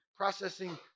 processing